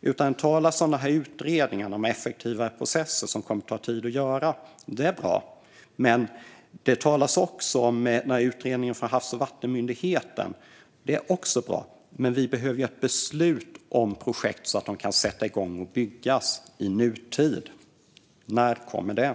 Det talas om utredningen om effektivare tillståndsprocesser som kommer att ta tid att göra. Det är bra. Men det talas också om utredningen från Havs och vattenmyndigheten, och det är också bra. Men vi behöver ett beslut om projekt så att de kan sätta igång och byggas i nutid. När kommer detta?